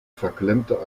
verklemmte